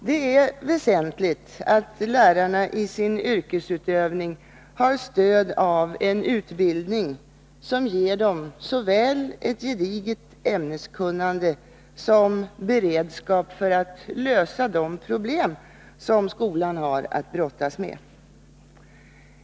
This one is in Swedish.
Det är väsentligt att lärarna i sin yrkesutövning har stöd av en utbildning som ger dem såväl ett gediget ämneskunnande som beredskap för att lösa de problem som skolan har att brottas med.